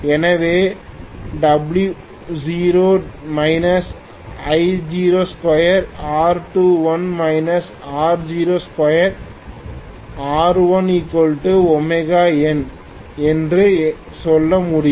எனவே W0 I02R2l I02R1Wn என்று சொல்ல முடியும்